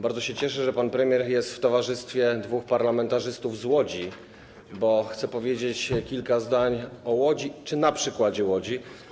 Bardzo się cieszę, że pan premier jest w towarzystwie dwóch parlamentarzystów z Łodzi, bo chcę powiedzieć kilka zdań o Łodzi czy na przykładzie Łodzi.